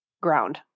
ground